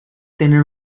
tenen